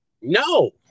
No